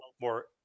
more